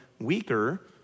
weaker